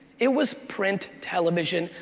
it was print, television,